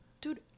Dude